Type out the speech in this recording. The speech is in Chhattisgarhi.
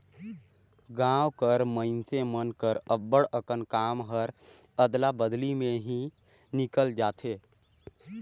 गाँव कर मइनसे मन कर अब्बड़ अकन काम हर अदला बदली में ही निकेल जाथे